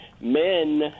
men